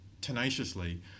tenaciously